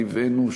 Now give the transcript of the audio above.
טבענו,